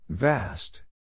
Vast